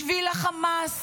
בשביל החמאס